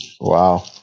wow